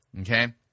Okay